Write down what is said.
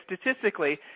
statistically